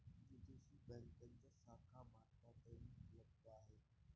विदेशी बँकांच्या शाखा भारतातही उपलब्ध आहेत